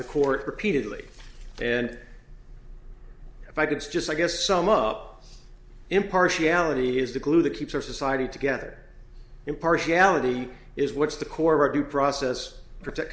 the court repeatedly and if i could just i guess sum up impartiality is the glue that keeps our society together impartiality is what's the core of the process protect